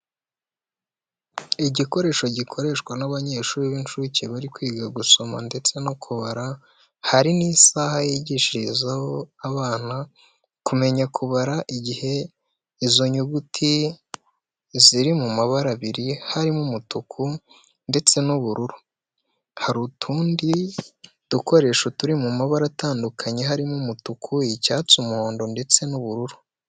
Igikoresho gikoreshwa n'abanyeshuri b'incuke bari kwiga gusoma, ndetse no kubara, hari n'isaha yigishirizaho abana kumenya kubara igihe, izo nyuguti ziri mu mabara abiri harimo umutuku, ndetse n'ubururu. Hari utundi dukoresho turi mu mabara atandukanye harimo umutuku, icyatsi, umuhondo, ndetse n'ubururu.